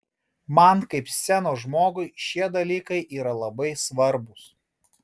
man kaip scenos žmogui šie dalykai yra labai svarbūs